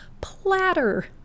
platter